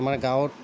আমাৰ গাঁৱত